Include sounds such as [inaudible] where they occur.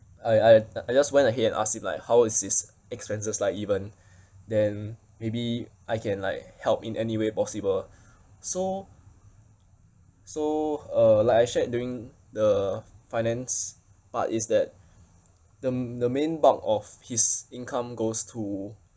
I I I just went ahead and ask him like how is his expenses like even [breath] then maybe I can like help in any way possible [breath] so so uh like I shared during the finance part is that the the main bulk of his income goes to